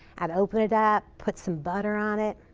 i'd open it up, put some butter on it,